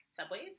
subways